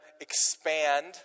expand